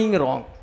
wrong